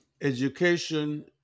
Education